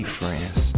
friends